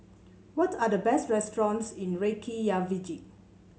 what are the best restaurants in Reykjavik